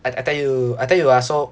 I tell you I tell you ah so